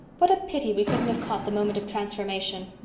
what a pity we couldn't have caught the moment of transformation.